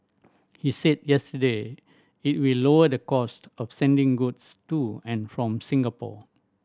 he said yesterday it will lower the cost of sending goods to and from Singapore